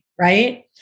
right